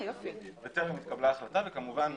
כמובן,